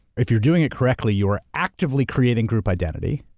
if you are doing it correctly, you are actively creating group identity,